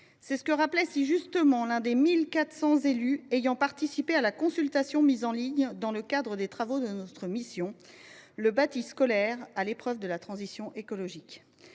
», comme le rappelait si justement l’un des 1 400 élus ayant participé à la consultation mise en ligne dans le cadre des travaux de notre mission d’information, intitulée « Le bâti scolaire à l’épreuve de la transition écologique